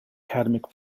academic